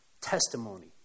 testimony